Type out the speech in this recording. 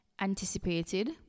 anticipated